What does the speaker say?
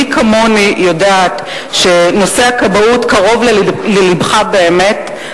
מי כמוני יודעת שנושא הכבאות קרוב ללבך באמת,